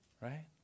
right